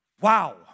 Wow